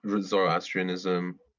zoroastrianism